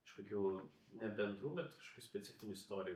kažkokių ne bendrų bet kažkokių specifinių istorijų